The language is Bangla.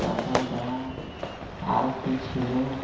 তারপরে দেখা আরও কি ছিলো